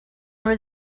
were